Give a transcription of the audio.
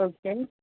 okay